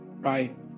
right